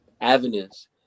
avenues